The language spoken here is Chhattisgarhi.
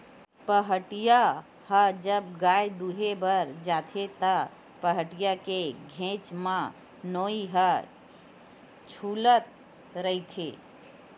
पहाटिया ह जब गाय दुहें बर आथे त, पहाटिया के घेंच म नोई ह छूलत रहिथे